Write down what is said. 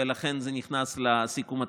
ולכן זה נכנס לסיכום התקציבי.